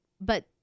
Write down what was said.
But-